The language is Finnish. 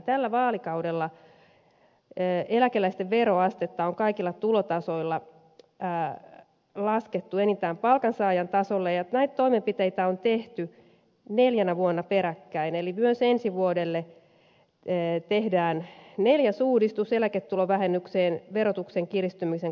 tällä vaalikaudella eläkeläisten veroastetta on kaikilla tulotasoilla laskettu enintään palkansaajan tasolle ja näitä toimenpiteitä on tehty neljänä vuonna peräkkäin eli myös ensi vuodelle tehdään neljäs uudistus eläketulovähennykseen verotuksen kiristymisen kompensoimiseksi